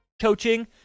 coaching